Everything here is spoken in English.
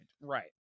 Right